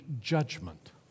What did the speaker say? judgment